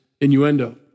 innuendo